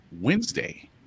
Wednesday